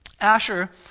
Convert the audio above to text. Asher